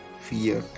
fear